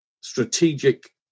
strategic